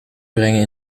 brengen